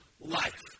life